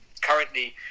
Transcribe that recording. currently